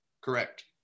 Correct